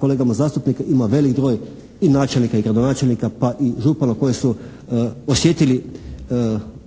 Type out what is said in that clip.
kolegama zastupnicima ima velik broj i načelnika i gradonačelnika pa i župana koji su osjetili gorak